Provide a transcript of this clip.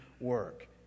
work